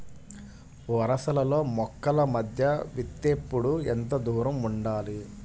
వరసలలో మొక్కల మధ్య విత్తేప్పుడు ఎంతదూరం ఉండాలి?